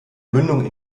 mündung